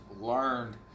learned